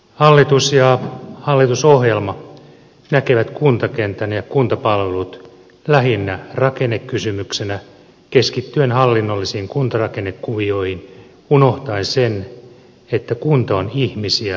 hallitus ja hallitusohjelma näkevät kuntakentän ja kuntapalvelut lähinnä rakennekysymyksenä keskittyen hallinnollisiin kuntarakennekuvioihin unohtaen sen että kunta on ihmisiä asukkaitaan varten